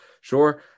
Sure